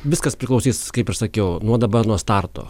viskas priklausys kaip ir sakiau nuo dabar nuo starto